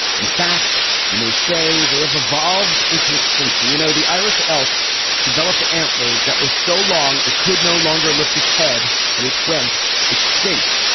in fact you may say they have evolved into extinction you know the irish elk developed antlers that were so long it could no longer lift its head and it went extinct.